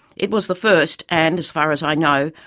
it was the first and, as far as i know,